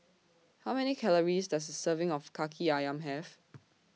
How Many Calories Does A Serving of Kaki Ayam Have